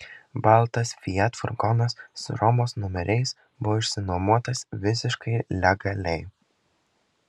baltas fiat furgonas su romos numeriais buvo išsinuomotas visiškai legaliai